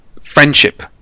friendship